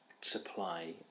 supply